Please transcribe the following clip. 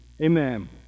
Amen